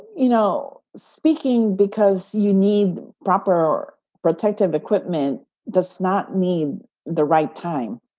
you know, speaking because you need proper protective equipment does not mean the right time.